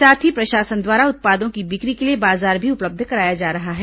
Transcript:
साथ ही प्रशासन द्वारा उत्पादों की बिक्री के लिए बाजार भी उपलब्ध कराया जा रहा है